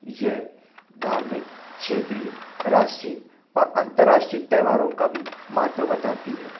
यह धार्मिक क्षेत्रीय राष्ट्रीय और अंतर्राष्ट्रीय त्यौहारों का भी महत्व बताती है